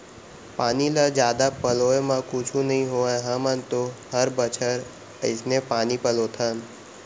पानी ल जादा पलोय म कुछु नइ होवय हमन तो हर बछर अइसने पानी पलोथन